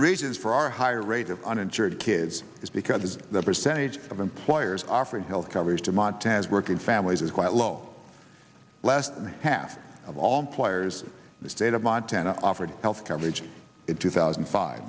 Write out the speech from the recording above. the reaches for our higher rate of uninsured kids is because the percentage of employers offering health coverage to montana's working families is quite low last me half of all employers the state of montana offered health coverage in two thousand